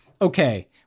okay